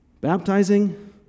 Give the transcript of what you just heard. baptizing